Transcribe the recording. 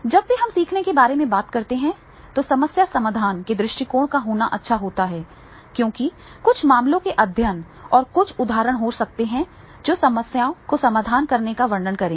जब भी हम सीखने के बारे में बात करते हैं तो समस्या समाधान के दृष्टिकोण का होना अच्छा होता है क्योंकि कुछ मामलों के अध्ययन और कुछ उदाहरण हो सकते हैं जो समस्याओं के समाधान का वर्णन करेंगे